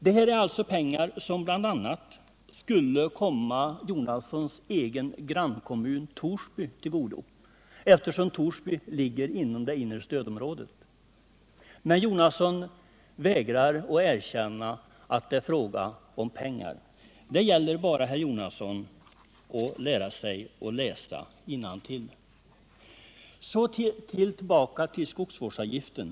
Detta är pengar som skulle komma bl.a. Bertil Jonassons grannkommun Torsby till godo, eftersom Torsby ligger inom det inre stödområdet. När Bertil Jonasson vägrar att erkänna att det här är fråga om pengar vill jag bara uppmana honom att lära sig att läsa innantill. Så tillbaka till frågan om skogsvårdsavgiften.